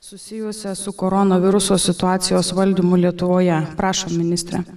susijusia su koronaviruso situacijos valdymu lietuvoje prašom ministre